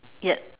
yes